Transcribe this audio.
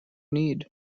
need